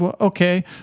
Okay